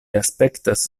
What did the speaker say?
aspektas